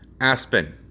Aspen